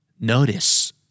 Notice